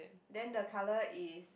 then the colour is